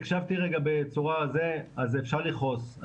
הקשבתי רגע בצורה אז אפשר לכעוס,